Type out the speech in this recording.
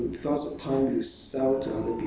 you cannot really do